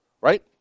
Right